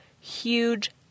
huge